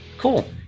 cool